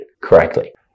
correctly